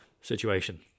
situation